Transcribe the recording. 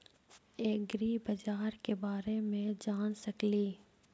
ऐग्रिबाजार के बारे मे जान सकेली?